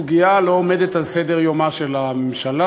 הסוגיה לא עומדת על סדר-יומה של הממשלה.